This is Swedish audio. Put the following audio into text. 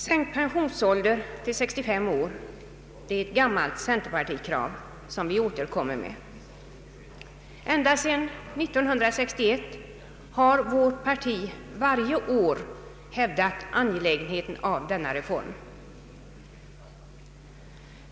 Sänkt pensionsålder till 65 år är ett gammalt centerpartikrav som vi återkommer med. Ända sedan 1961 har vårt parti varje år hävdat angelägenheten av denna reform.